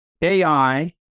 AI